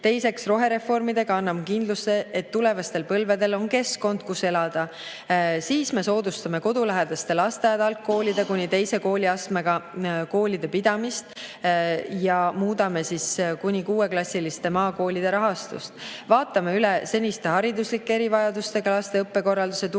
Teiseks, rohereformidega anname kindluse, et tulevastel põlvedel on keskkond, kus elada. Soodustame kodulähedaste lasteaed‑algkoolide pidamist kuni teise kooliastmeni ja muudame kuni kuueklassiliste maakoolide rahastust. Vaatame üle senised hariduslike erivajadustega laste õppekorralduse tugiteenuste